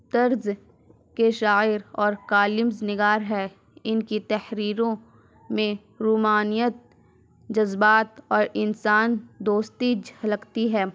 طرز کے شاعر اور قالمز نگار ہے ان کی تحریروں میں رومانیت جذبات اور انسان دوستی جھلکتی ہے